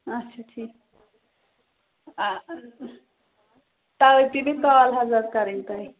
اَچھا ٹھیٖک آ تَوَے پیٚیہِ مےٚ کال حظ حظ کَرٕنۍ تۄہہِ